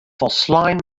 folslein